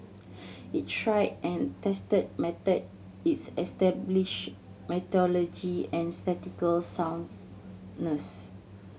it's tried and tested method it's established methodology and statistical soundness